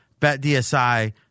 BetDSI